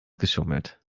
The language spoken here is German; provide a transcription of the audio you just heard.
geschummelt